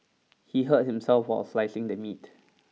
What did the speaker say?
he hurt himself while slicing the meat